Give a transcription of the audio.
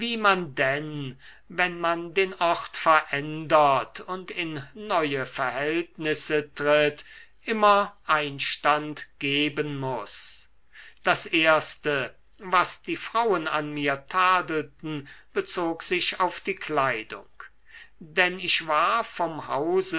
man denn wenn man den ort verändert und in neue verhältnisse tritt immer einstand geben muß das erste was die frauen an mir tadelten bezog sich auf die kleidung denn ich war vom